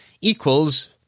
equals